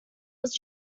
was